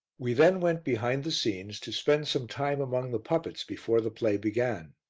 we then went behind the scenes to spend some time among the puppets before the play began.